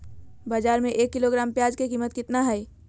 बाजार में एक किलोग्राम प्याज के कीमत कितना हाय?